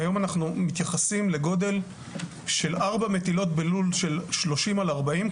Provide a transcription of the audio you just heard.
היום אנחנו מתייחסים לגודל של 4 מטילות בלול של 30 על 40,